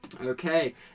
Okay